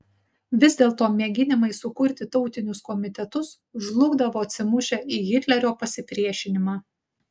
vis dėlto mėginimai sukurti tautinius komitetus žlugdavo atsimušę į hitlerio pasipriešinimą